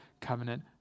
covenant